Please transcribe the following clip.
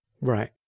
Right